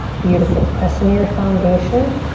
beautiful. press into your foundation,